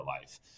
life